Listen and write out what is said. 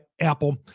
Apple